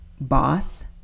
boss